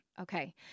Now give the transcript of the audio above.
okay